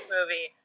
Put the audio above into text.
movie